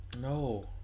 no